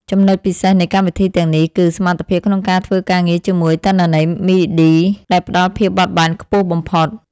ចំណុចពិសេសនៃកម្មវិធីទាំងនេះ គឺ សមត្ថភាពក្នុងការធ្វើការងារជាមួយទិន្នន័យមីឌីដែលផ្តល់ភាពបត់បែនខ្ពស់បំផុត។